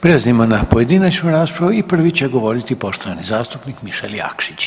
Prelazimo na pojedinačnu raspravu i prvi će govoriti poštovani zastupnik Mišel Jakšić.